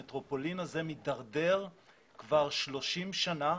המטרופולין הזה מידרדר כבר 30 שנים